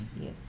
yes